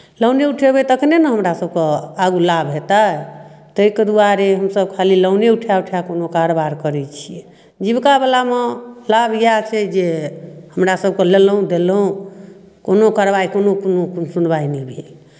लोने उठेबै तखने ने हमरा सभके आगू लाभ हेतै ताहिके दुआरे हमसभ खाली लोने उठाए उठाए कोनो कारबार करै छियै जीवकावलामे लाभ इएह छै जे हमरा सभके लेलहुँ देलहुँ कोनो कारवाइ कोनो कोनो सुनवाइ नहि भेल